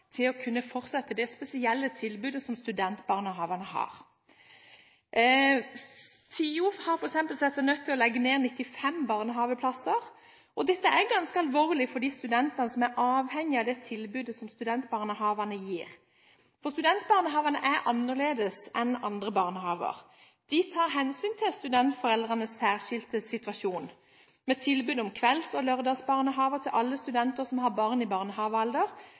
å kunne fortsette det spesielle tilbudet som studentbarnehagene har. SiO har f.eks. sett seg nødt til å legge ned 95 barnehageplasser. Dette er ganske alvorlig for de studentene som er avhengig av det tilbudet som studentbarnehagene gir, for studentbarnehagene er annerledes enn andre barnehager. De tar hensyn til studentforeldrenes særskilte situasjon, med tilbud om kvelds- og lørdagsbarnehage til alle studenter som har barn i barnehagealder,